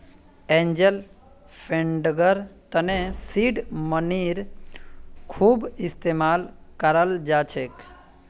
angel फंडिंगर तने seed मनीर खूब इस्तमाल कराल जा छेक